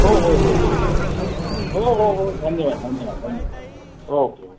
हो हो हो हो हो हो हो धन्यवाद धन्यवाद धन्यवाद ओके ओके